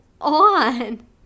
on